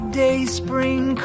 day-spring